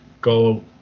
go